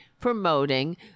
promoting